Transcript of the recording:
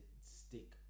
stick